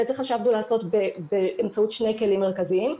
ואת זה חשבנו לעשות באמצעות שני כלים מרכזיים: